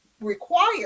require